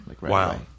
Wow